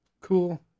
cool